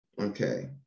okay